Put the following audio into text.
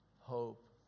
hope